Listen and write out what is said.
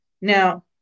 Now